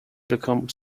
become